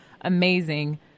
amazing